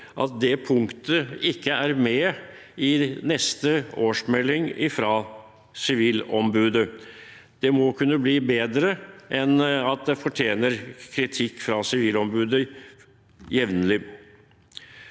at det punktet ikke er med i neste årsmelding fra Sivilombudet. Det må kunne bli bedre enn at det fortjener jevnlig kritikk fra Sivilombudet.